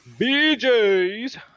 bj's